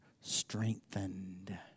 strengthened